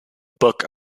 book